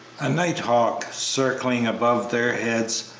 a nighthawk, circling above their heads,